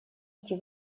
идти